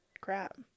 crap